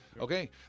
Okay